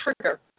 trigger